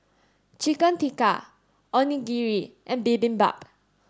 Chicken Tikka Onigiri and Bibimbap